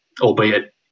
albeit